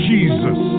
Jesus